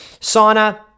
Sauna